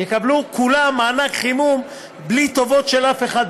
יקבלו כולם מענק חימום בלי טובות של אף אחד,